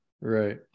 Right